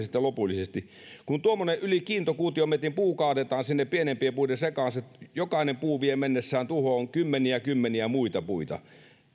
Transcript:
sitten lopullisesti kun tuommoinen yli kiintokuutiometrin puu kaadetaan pienempien puiden sekaan jokainen puu vie mennessään tuhoon kymmeniä kymmeniä muita puita